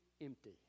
empty